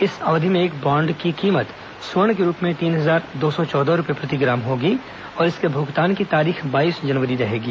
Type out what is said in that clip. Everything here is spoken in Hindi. इस अवधि में एक बॉन्ड की कीमत स्वर्ण के रूप में तीन हजार दो सौ चौदह रूपए प्रति ग्राम होगी और इसके भुगतान की तारीख बाईस जनवरी रहेगी